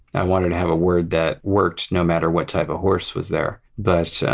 i wanted to have a word that worked no matter what type of horse was there. but